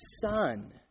son